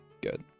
Good